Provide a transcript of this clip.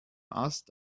ast